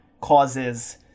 causes